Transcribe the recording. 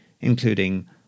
including